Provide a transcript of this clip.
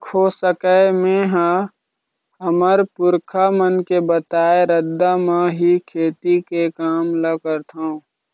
जिहाँ तक हो सकय मेंहा हमर पुरखा मन के बताए रद्दा म ही खेती के काम ल करथँव